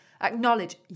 Acknowledge